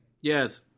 Yes